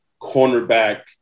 cornerback